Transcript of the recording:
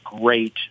great